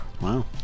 wow